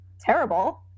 terrible